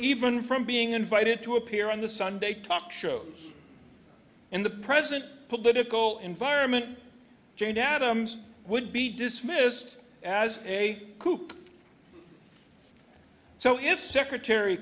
even from being invited to appear on the sunday talk shows in the present political environment jane adams would be dismissed as a coupe so if secretary